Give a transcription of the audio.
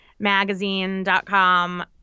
Magazine.com